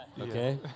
okay